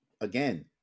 again